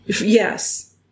Yes